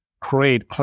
create